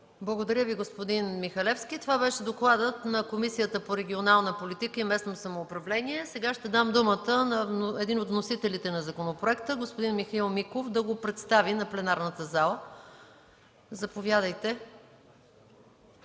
Благодаря, господин Михалевски. Това беше докладът на Комисията по регионална политика и местно самоуправление. Сега ще дам думата на един от вносителите на законопроекта – господин Михаил Миков, да го представи на пленарната зала. МИХАИЛ